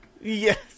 Yes